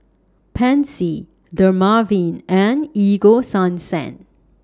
Pansy Dermaveen and Ego Sunsense